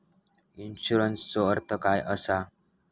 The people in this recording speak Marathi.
इन्शुरन्सचो अर्थ काय असा?